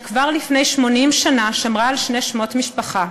שכבר לפני 80 שנה שמרה על שני שמות משפחה.